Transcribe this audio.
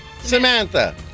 Samantha